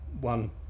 one